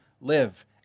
live